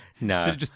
No